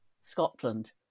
Scotland